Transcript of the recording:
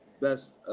best